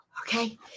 Okay